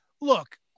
look